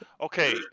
okay